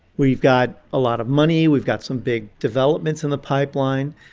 we've got a lot of money. we've got some big developments in the pipeline.